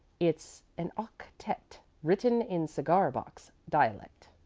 it's an octette written in cigar-box dialect.